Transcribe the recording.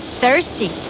thirsty